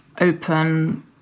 open